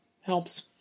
helps